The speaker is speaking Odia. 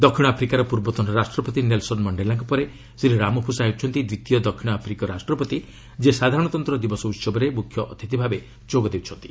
ଦକ୍ଷିଣ ଆଫ୍ରିକାର ପୂର୍ବତନ ରାଷ୍ଟ୍ରପତି ନେଲସନ୍ ମଣ୍ଡେଲାଙ୍କ ପରେ ଶ୍ରୀ ରାମଫୋସା ହେଉଛନ୍ତି ଦ୍ୱିତୀୟ ଦକ୍ଷିଣ ଆଫ୍ରିକୀୟ ରାଷ୍ଟ୍ରପତି ଯିଏ ସାଧାରଣତନ୍ତ୍ର ଦିବସ ଉହବରେ ମୁଖ୍ୟ ଅତିଥି ଭାବେ ଯୋଗ ଦେଉଛନ୍ତି